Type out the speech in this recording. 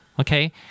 okay